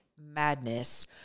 madness